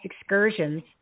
excursions